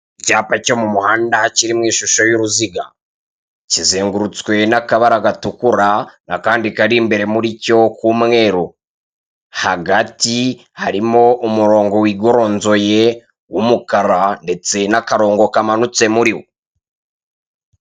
Icyapa cyo mu muhanda kiri mu ishusho y'uruziga , kizengurutswe n'akabara gatukura, n'akandi kari imbere muri cyo k'umweru, hagati harimo umurongo wigoronzoye w'umukara ndetse n'akarongo kamanutse muri wo.